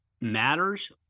matters